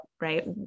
right